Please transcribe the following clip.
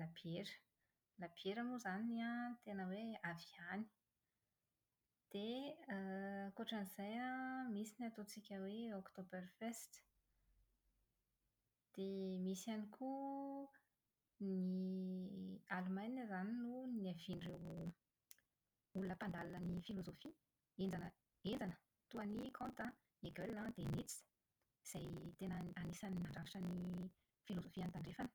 labiera. Ny labiera moa zany tena hoe avy any. Dia ankoatran'izay an, misy ny ataontsika hoe Oktober Fest. Dia misy ihany koa ny Alemana izany no niavian'ireo olona mpandalina ny filozofia, henjana, henjana toa an'i Kant, Hegel dia Nietzche. Izay tena n- anisan'ny nandrafitra ny filozofian'ny tandrefana.